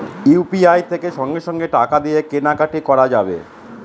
UPI থেকে সঙ্গে সঙ্গে টাকা দিয়ে কেনা কাটি করা যাবে